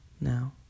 now